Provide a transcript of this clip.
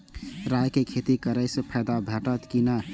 राय के खेती करे स फायदा भेटत की नै?